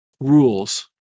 rules